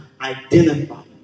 identify